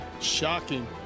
shocking